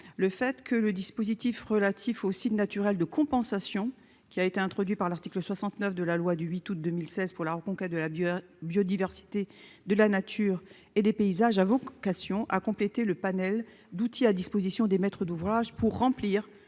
le fait que le dispositif relatif au site naturel de compensation qui a été introduit par l'article 69 de la loi du 8 août 2016 pour la reconquête de la bière biodiversité de la nature et des paysages, a vocation à compléter le panel d'outils à disposition des maîtres d'ouvrage pour remplir